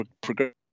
progress